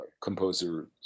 composer